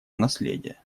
наследия